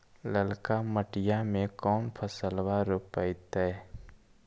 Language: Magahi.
ललका मटीया मे कोन फलबा रोपयतय?